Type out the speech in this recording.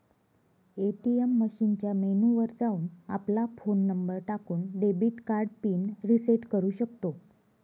ATM मशीनच्या menu वर जाऊन, आपला फोन नंबर टाकून, डेबिट कार्ड पिन रिसेट करू शकतो